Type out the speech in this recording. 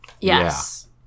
Yes